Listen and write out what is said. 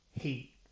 heat